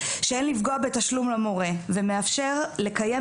שאין לפגוע בתשלום למורה ומאפשר לקיים